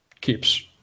keeps